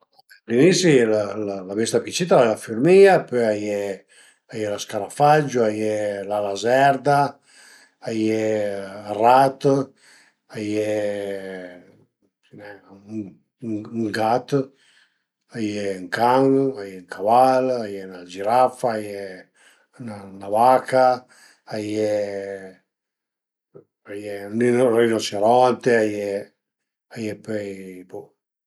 A l'inisi la bestia pi cita al e la fürmìa, pöi a ie a ie lë scarafaggio, a ie la lazerda, a ie ël rat, a ie sai nen, a ie ën gat, a ie ën can, a ie ën caval, a ie 'na girafa, a ie 'na vaca, a ie a ie ël rinoceronte, a ie pöi bo